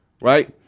Right